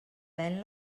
ven